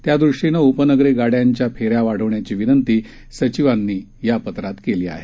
त्यादृष्टीनं उपनगरी गाड्यांच्या फेऱ्या वाढवण्याची विनंती सचिवानी या पत्रात केली आहे